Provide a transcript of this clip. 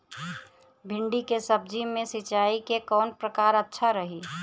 भिंडी के सब्जी मे सिचाई के कौन प्रकार अच्छा रही?